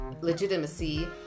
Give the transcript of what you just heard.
legitimacy